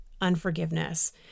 unforgiveness